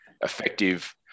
effective